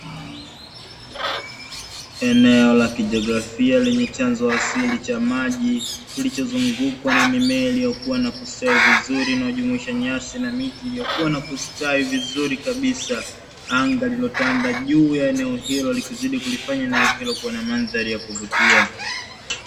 Eneo la kijografia lenye chanzo asili cha maji kilichozungukwa na mimea iliyokuwa na kusave vizuri na jumuisha nyasi na miti iliyokuwa na kustawi vizuri kabisa, anga lililotanda juu ya eneo hilo likizidi kulifanya neno hilo kuwa na mandhari ya kuvutia.